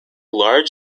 large